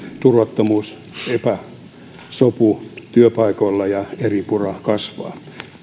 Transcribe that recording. turvattomuus ja epäsopu työpaikoilla ja eripura kasvaa